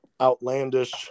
outlandish